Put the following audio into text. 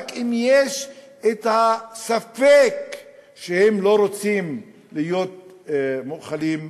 רק אם יש ספק שהם לא רוצים להיות מואכלים,